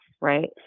right